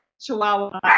chihuahua